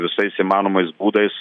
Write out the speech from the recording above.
visais įmanomais būdais